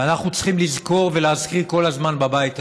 ואנחנו צריכים לזכור ולהזכיר כל הזמן בבית הזה: